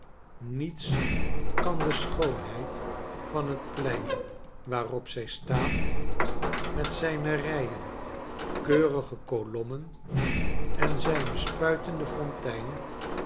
niets kan de schoonheid van het plein waarop zij staat met zijne rijen keurige kolommen en zijne spuitende fonteinen